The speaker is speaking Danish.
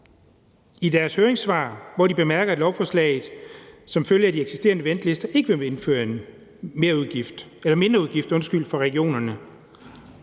i deres høringssvar, at lovforslaget som følge af de eksisterende ventelister ikke vil medføre en mindreudgift for regionerne.